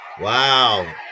Wow